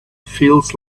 feels